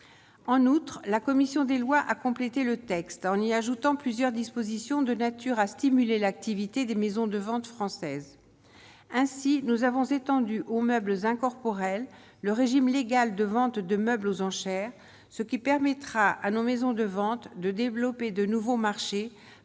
en outre, la commission des lois a complété le texte en y ajoutant plusieurs dispositions de nature à stimuler l'activité des maisons de ventes françaises, ainsi nous avons étendu aux meubles incorporels le régime légal de vente de meubles aux enchères, ce qui permettra à nos maisons de ventes de développer de nouveaux marchés,